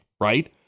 right